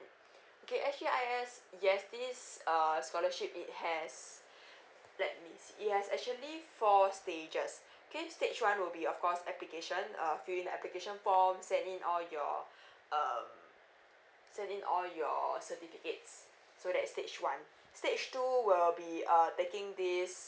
mm okay S_G_I_S yes this uh scholarship it has let me see it has actually four stages okay stage one will be of course application uh fill in the application form send in all your um send in all your certificates so that's stage one stage two will be uh taking this